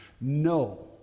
No